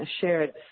shared